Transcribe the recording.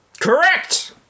Correct